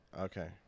Okay